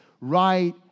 right